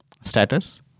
status